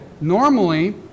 normally